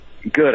Good